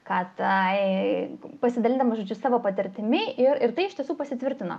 kad tai pasidalindamas žodžiu savo patirtimi ir ir tai iš tiesų pasitvirtino